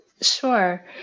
Sure